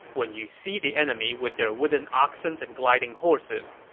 when you see the enemy with their wooden oxens and gliding horses,